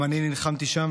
גם אני נלחמתי שם.